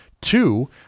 Two